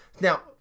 Now